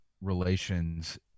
relations